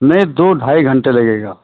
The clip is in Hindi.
नहीं दो ढाई घण्टे लगेगा